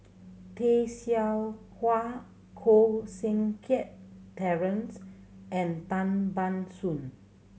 Tay Seow Huah Koh Seng Kiat Terence and Tan Ban Soon